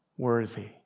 Worthy